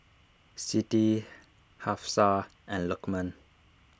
Siti Hafsa and Lukman